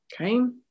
Okay